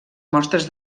mostres